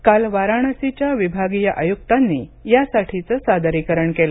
काल वाराणसीच्या विभागीय आयुक्तांनी यासाठीचं सादरीकरण केलं